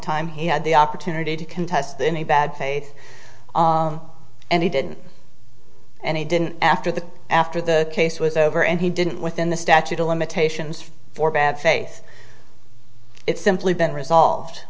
time he had the opportunity to contest in a bad faith and he didn't and he didn't after the after the case was over and he didn't within the statute of limitations for bad faith it's simply been resolved